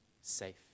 safe